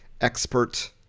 expert